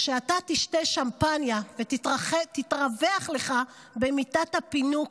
כשאתה תשתה שמפניה ותתרווח לך במיטת הפינוק,